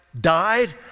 died